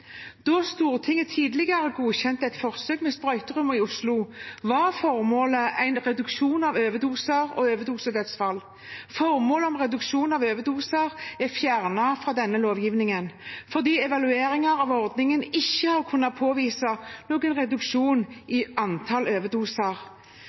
Da Stortinget tidligere godkjente et forsøk med sprøyterom i Oslo, var formålet en reduksjon av antall overdoser og overdosedødsfall. Formålet om reduksjon av antall overdoser er fjernet fra denne lovgivningen fordi evalueringen av ordningen ikke har kunnet påvise noen reduksjon